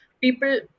people